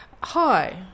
Hi